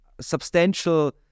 substantial